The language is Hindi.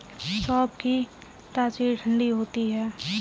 सौंफ की तासीर ठंडी होती है